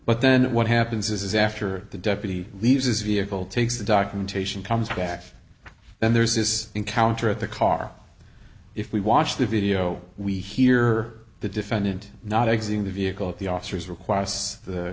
but then what happens is after the deputy leaves his vehicle takes the documentation comes back then there's this encounter at the car if we watch the video we hear the defendant not exiting the vehicle at the officers requests the